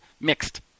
mixed